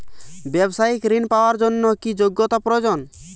ব্যবসায়িক ঋণ পাওয়ার জন্যে কি যোগ্যতা প্রয়োজন?